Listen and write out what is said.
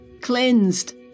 cleansed